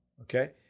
okay